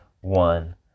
One